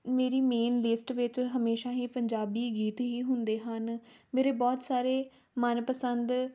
ਮੇਰੀ main list ਵਿੱਚ ਹਮੇਸ਼ਾ ਹੀ ਪੰਜਾਬੀ ਗੀਤ ਹੀ ਹੁੰਦੇ ਹਨ ਮੇਰੇ ਬਹੁਤ ਸਾਰੇ ਮਨ ਪਸੰਦ